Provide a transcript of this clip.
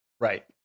Right